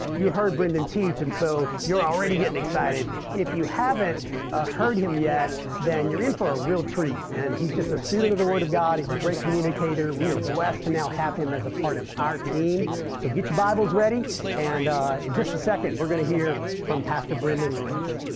you heard brendan teach and so you're already getting excited if you haven't heard him yet then you're in for a real treat and he's just a student of the word of god. he's a great communicator we are blessed to now have him as a part of our team so get your bibles ready and in just a second, we're gonna hear from pastor brendan larette's